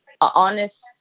honest